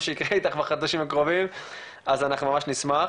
שיקרה איתך בחודשים הקרובים אז אנחנו ממש נשמח.